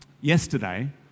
Yesterday